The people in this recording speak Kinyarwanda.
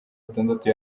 atandatu